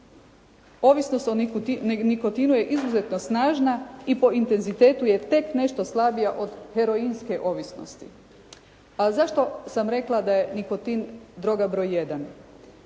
Ovisnost o nikotinu je izuzetno snažna i po intenzitetu je tek nešto slabija od heroinske ovisnosti. A zašto sam rekla da je nikotin droga broj 1?